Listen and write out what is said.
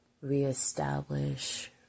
reestablish